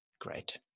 Great